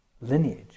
lineage